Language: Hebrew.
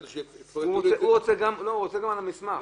הוא רוצה גם על המסמך.